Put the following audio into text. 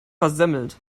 versemmelt